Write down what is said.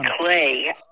Clay